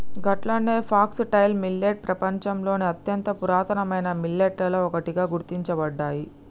గట్లన foxtail millet పెపంచంలోని అత్యంత పురాతనమైన మిల్లెట్లలో ఒకటిగా గుర్తించబడ్డాయి